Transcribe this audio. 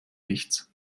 nichts